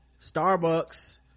starbucks